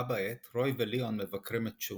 בה בעת, רוי וליאון מבקרים את צ'ו